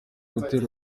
gutera